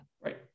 Right